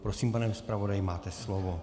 Prosím, pane zpravodaji, máte slovo.